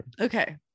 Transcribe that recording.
Okay